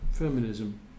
Feminism